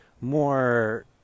more